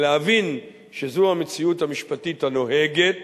ולהבין שזו המציאות המשפטית הנוהגת